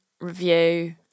review